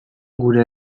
gure